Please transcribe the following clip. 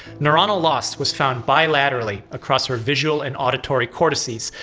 neuronal loss was found bilaterally across her visual and auditory cortices,